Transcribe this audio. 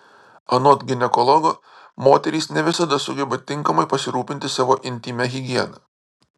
anot ginekologo moterys ne visada sugeba tinkamai pasirūpinti savo intymia higiena